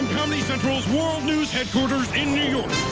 comedy central's world news headquarters in new york,